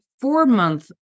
four-month